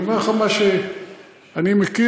אני אומר לך מה שאני מכיר,